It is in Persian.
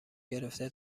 گرفته